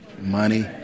money